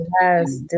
Yes